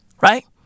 right